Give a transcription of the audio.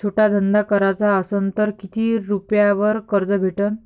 छोटा धंदा कराचा असन तर किती रुप्यावर कर्ज भेटन?